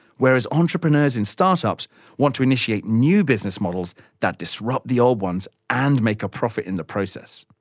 whereas entrepreneurs in start-ups want to initiate new business models that disrupt the old ones, and make a profit in the process.